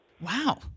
Wow